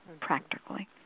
practically